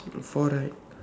four right